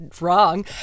wrong